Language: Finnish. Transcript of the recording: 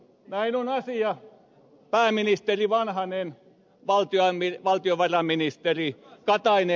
näin on asia pääministeri vanhanen valtiovarainministeri katainen